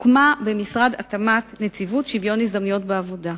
הוקמה בינואר 2008 במשרד התמ"ת נציבות שוויון הזדמנויות בעבודה.